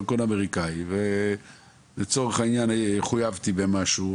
נכנסתי לארצות הברית עם דרכון אמריקאי ואם לצורך העניין חויבתי על משהו,